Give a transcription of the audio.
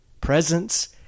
Presence